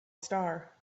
star